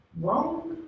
wrong